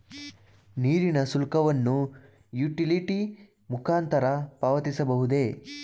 ನೀರಿನ ಶುಲ್ಕವನ್ನು ಯುಟಿಲಿಟಿ ಮುಖಾಂತರ ಪಾವತಿಸಬಹುದೇ?